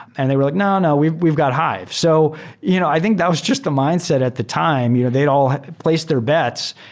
and they were like, no. no. we've we've got hive. so you know i think that was just the mindset at the time. you know they'd all place their bets.